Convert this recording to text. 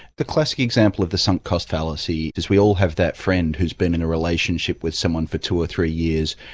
the classic example of the sunk cost fallacy is we all have that friend who's been in a relationship with someone for two or three years,